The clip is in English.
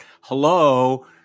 hello